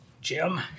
Jim